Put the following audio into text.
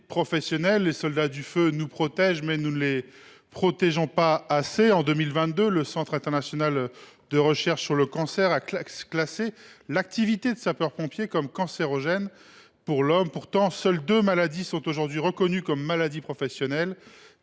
Les soldats du feu nous protègent, mais nous ne les protégeons pas assez. En 2022, le Centre international de recherche sur le cancer a classé l’activité de sapeur pompier comme cancérogène pour l’homme. Pourtant, seules deux maladies sont aujourd’hui reconnues comme maladies professionnelles.